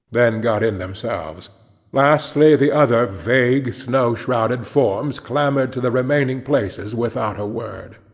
then got in themselves lastly the other vague, snow-shrouded forms clambered to the remaining places without a word.